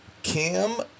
Cam